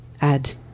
add